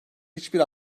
hiçbir